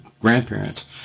grandparents